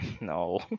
no